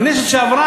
בכנסת שעברה,